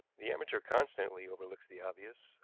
the amateur constantly overlooks the obvious,